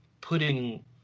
putting